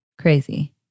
Crazy